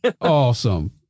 Awesome